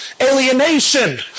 alienation